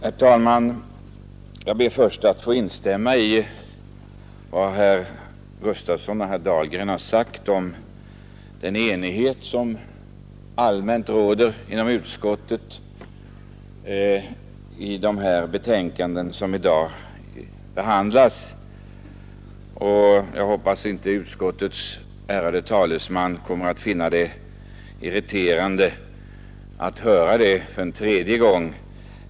Herr talman! Jag ber först att få instämma i vad herrar Gustafson i Göteborg och Dahlgren har sagt om den enighet som allmänt råder inom utskottet när det gäller dessa betänkanden som i dag behandlas, och jag hoppas att inte utskottets ärade talesman kommer att finna det irriterande att höra detta en tredje gång.